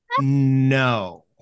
No